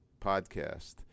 podcast